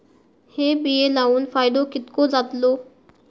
हे बिये लाऊन फायदो कितको जातलो?